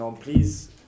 Please